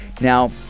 Now